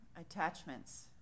attachments